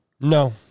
No